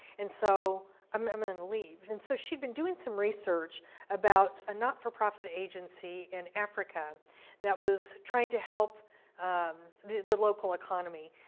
and so i'm um ah gonna leave. and so she'd been doing some research about a not for profit agency in africa that was trying to help um the the local economy.